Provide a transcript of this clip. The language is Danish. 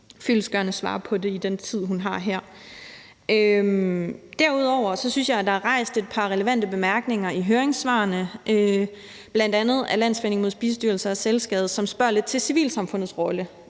at der er rejst et par relevante bemærkninger i høringssvarene, bl.a. af Landsforeningen mod spiseforstyrrelser og selvskade, som spørger lidt til civilsamfundets rolle